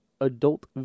adult